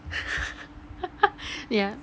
yeah